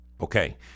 Okay